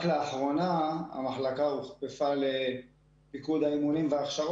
רק לאחרונה המחלקה הוכפפה לפיקוד האימונים וההכשרים